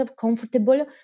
comfortable